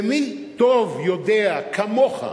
ומי טוב יודע, כמוך,